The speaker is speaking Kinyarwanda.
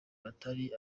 batari